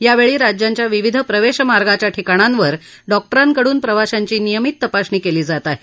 यावेळी राज्यांच्या विविध प्रवेश मार्गाच्या ठिकाणांवर डॉक्टरांकडून प्रवाशांची नियमित तपासणी केली जात आहे